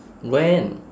when